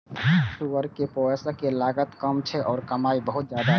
सुअर कें पोसय के लागत कम छै आ कमाइ बहुत ज्यादा छै